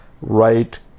right